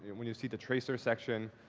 and when you see the tracer section,